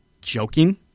joking